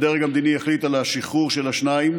הדרג המדיני החליט על השחרור של השניים